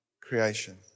creation